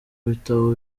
bitabo